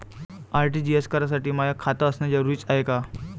RTGS करासाठी माय खात असनं जरुरीच हाय का?